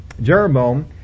Jeroboam